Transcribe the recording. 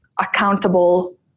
accountable